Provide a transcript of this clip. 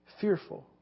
fearful